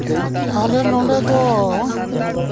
ᱟᱞᱮ ᱱᱚᱰᱮ ᱫᱚ